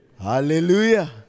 Hallelujah